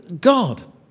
God